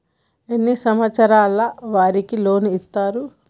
ఎన్ని సంవత్సరాల వారికి లోన్ ఇస్తరు?